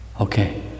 Okay